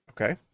Okay